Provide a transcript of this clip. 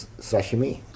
sashimi